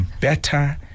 better